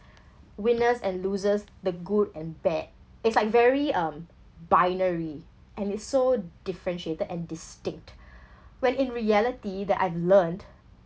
winners and losers the good and bad it's like very um binary and it's so differentiated and distinct when in reality that I've learned